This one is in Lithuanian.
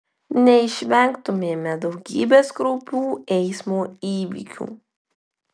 neišvengtumėme daugybės kraupių eismo įvykių